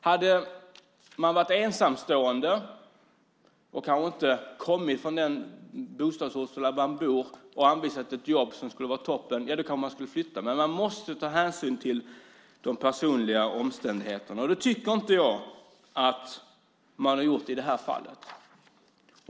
Hade man varit ensamstående, inte kommit från den ort där man bor och blivit anvisad ett jobb som skulle vara toppen så kanske man skulle flytta, men man måste ta hänsyn till de personliga omständigheterna. Det tycker jag inte att man har gjort i det här fallet.